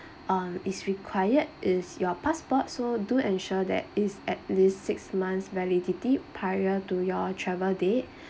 um is required is your passport so do ensure that is at least six months validity prior to your travel date